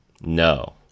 No